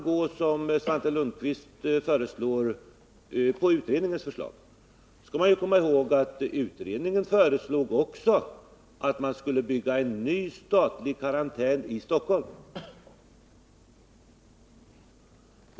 i : bruksdepartemen Man skall komma ihåg att utredningen också föreslog att man skulle bygga tets verksamhetsen ny statlig karantän i Stockholm.